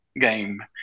game